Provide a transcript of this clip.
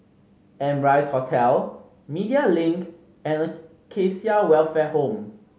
Amrise Hotel Media Link and Acacia Welfare Home